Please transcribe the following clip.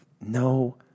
no